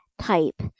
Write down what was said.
type